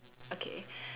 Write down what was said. okay